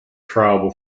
trial